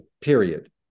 period